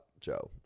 Joe